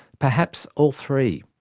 perhaps all three,